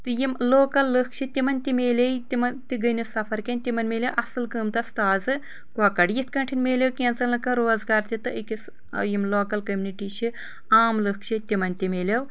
تہٕ یم لوکل لُکھ چھِ تمن تہِ ملے تمن تہِ گٔے نہٕ سفر کینٛہہ تمن مِلیو اصل قۭمتس تازٕ کۄکر یتھ کٲٹھۍ مِلیو کینٛژن لُکن روزگار تہِ تہٕ أکِس یم لوکل کمیونٹی چھِ عام لُکھ چھِ تمن تہِ ملیو